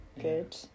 Good